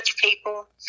people